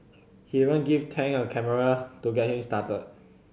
he even give Tang a camera to get him started